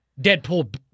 Deadpool